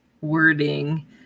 wording